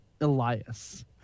Elias